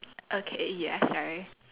okay ya sorry